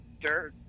dirt